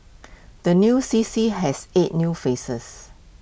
the new C C has eight new faces